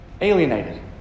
Alienated